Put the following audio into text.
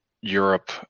europe